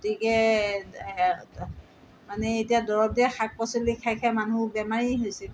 গতিকে মানে এতিয়া দৰৱ দিয়া শাক পাচলি খাই খাই মানুহ বেমাৰী হৈছিল